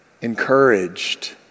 encouraged